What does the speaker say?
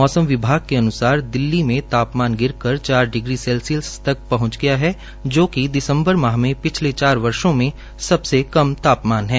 मौसम विभाग के अन्सार दिल्ली में तापामन गिरकर चार डिग्री सेल्सियस तक पहंच गया है जो दिसम्बर माह में पिछले चार वर्षो मे सबसे कम तापमान है